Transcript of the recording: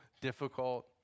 difficult